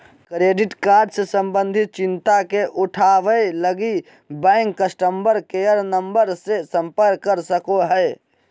credit card से संबंधित चिंता के उठावैय लगी, बैंक कस्टमर केयर नम्बर से संपर्क कर सको हइ